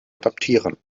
adoptieren